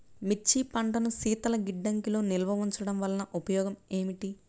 మిర్చి పంటను శీతల గిడ్డంగిలో నిల్వ ఉంచటం వలన ఉపయోగం ఏమిటి?